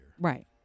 Right